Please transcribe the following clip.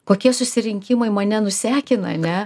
kokie susirinkimai mane nusekina ane